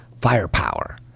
firepower